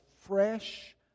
fresh